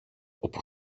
όπου